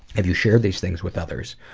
have you shared these things with others?